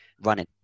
running